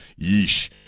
yeesh